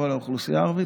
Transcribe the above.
בכל האוכלוסייה הערבית?